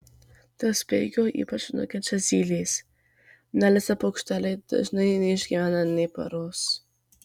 dėl speigo ypač nukenčia zylės nelesę paukšteliai dažnai neišgyvena nė paros